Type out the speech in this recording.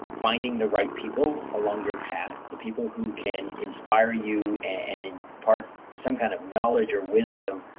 finding the right people along your path, the people who can inspire you and and impart some kind of knowledge or wisdom.